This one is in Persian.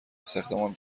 استخدامم